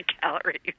calories